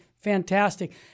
fantastic